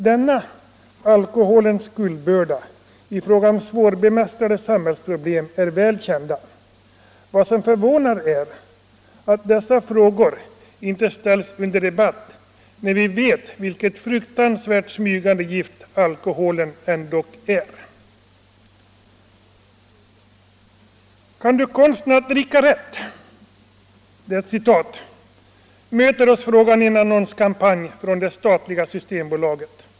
Denna alkoholens skuldbörda i fråga om svårbemästrade samhällsproblem är väl känd. Vad som förvånar är att dessa frågor inte ställts under debatt när vi vet vilket fruktansvärt smygande gift alkoholen ändock är. ”Kan Du konsten att dricka rätt”, möter oss frågan i en annonskampanj från det statliga systembolaget.